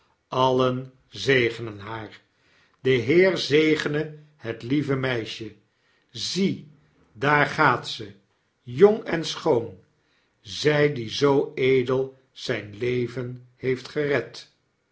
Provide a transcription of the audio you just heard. alien zegenen haar de heer zegenehet lieve meisjel zie daar gaat ze jong en schoon zij die zoo edel zyn leven heeft gered